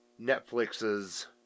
Netflix's